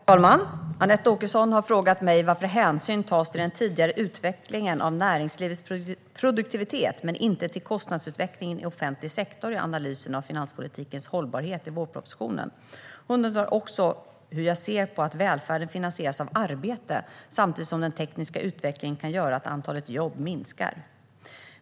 Herr talman! Anette Åkesson har frågat mig varför hänsyn tas till den tidigare utvecklingen av näringslivets produktivitet men inte till kostnadsutvecklingen i offentlig sektor i analysen av finanspolitikens hållbarhet i vårpropositionen. Hon undrar också hur jag ser på att välfärden finansieras av arbete samtidigt som den tekniska utvecklingen kan göra att antalet jobb minskar.